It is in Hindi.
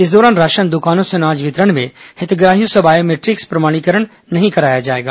इस दौरान राशन दुकानों से अनाज वितरण में हितग्राहियों से बायोमेट्रिक्स प्रमाणीकरण नहीं कराया जाएगा